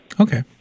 Okay